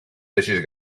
deixis